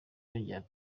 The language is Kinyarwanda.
yongeyeho